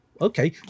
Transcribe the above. Okay